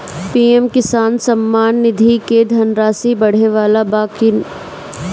PM Kisan Samman Nidhi क धनराशि बढ़े वाला बा का?